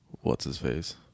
What's-his-face